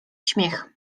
śmiech